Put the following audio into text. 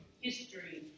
history